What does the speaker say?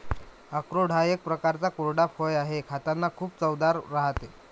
अक्रोड हा एक प्रकारचा कोरडा फळ आहे, खातांना खूप चवदार राहते